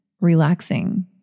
relaxing